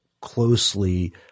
closely